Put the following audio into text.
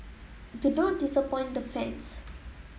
do not disappoint the fans